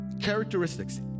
characteristics